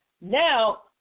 Now